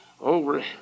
over